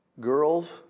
Girls